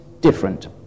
different